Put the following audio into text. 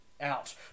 out